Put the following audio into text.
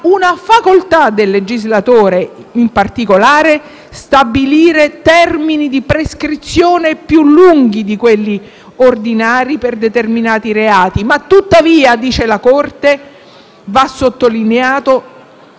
una facoltà del legislatore, in particolare, stabilire termini di prescrizione più lunghi di quelli ordinari per determinati reati. Tuttavia - sottolinea